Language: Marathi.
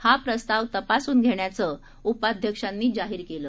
हा प्रस्ताव तपासून घेण्याचं उपाध्यक्षांनी जाहीर केलं